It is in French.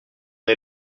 est